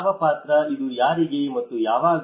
ಯಾವ ಪಾತ್ರ ಇದು ಯಾರಿಗೆ ಮತ್ತು ಯಾವಾಗ